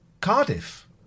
Cardiff